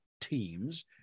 teams